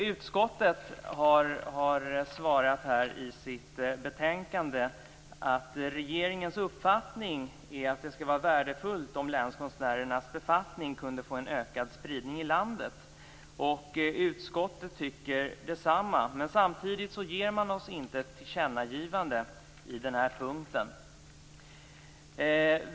Utskottet har sagt i betänkandet att regeringens uppfattning är att det vore värdefullt om länskonstnärernas befattning kunde få en ökad spridning i landet. Och utskottet tycker detsamma. Men samtidigt gör man inte ett tillkännagivande på denna punkt.